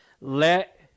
Let